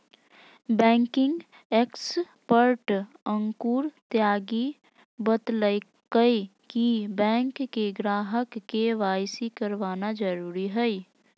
banking expert Ankur Tyagi बतयलकय कि bank के ग्राहक के.वाई.सी करवाना जरुरी हइ